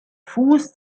fuß